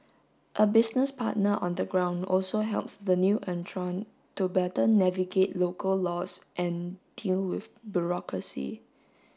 a business partner on the ground also helps the new entrant to better navigate local laws and deal with bureaucracy